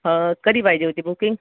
हं कधी पाहिजे होती बुकिंग